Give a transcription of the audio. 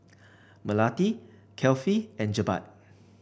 Melati Kefli and Jebat